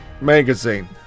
magazine